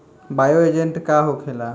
Bio agent का होखेला?